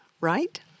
right